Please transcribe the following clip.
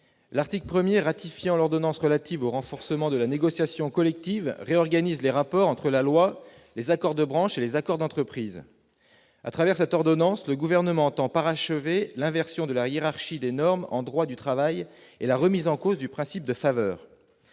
L'article 1 ratifiant l'ordonnance relative au renforcement de la négociation collective réorganise les rapports entre la loi, les accords de branche et les accords d'entreprise. Au travers de cette ordonnance, le Gouvernement entend parachever l'inversion de la hiérarchie des normes en matière de droit du travail et la remise en cause du principe de faveur.